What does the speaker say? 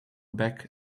back